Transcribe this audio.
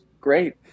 great